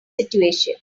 situation